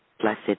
Blessed